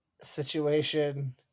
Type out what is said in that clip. situation